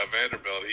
Vanderbilt